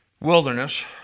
wilderness